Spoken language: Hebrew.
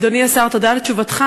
אדוני השר, תודה על תשובתך.